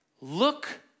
look